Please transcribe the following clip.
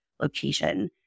location